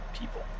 people